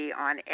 on